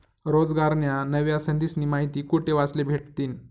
रोजगारन्या नव्या संधीस्नी माहिती कोठे वाचले भेटतीन?